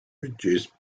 produced